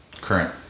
current